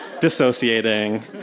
dissociating